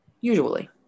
usually